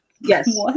Yes